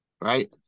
right